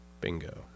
Bingo